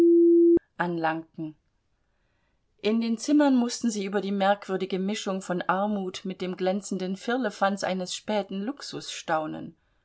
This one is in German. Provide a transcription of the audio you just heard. anlangten in den zimmern mußten sie über die merkwürdige mischung von armut mit dem glänzenden firlefanz eines späten luxus staunen